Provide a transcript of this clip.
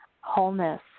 wholeness